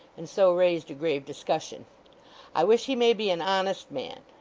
and so raised a grave discussion i wish he may be an honest man